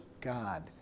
God